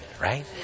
right